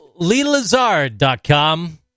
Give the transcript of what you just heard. Leelazard.com